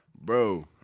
bro